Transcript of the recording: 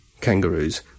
kangaroos